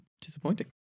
Disappointing